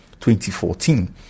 2014